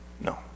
No